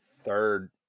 third